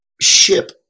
ship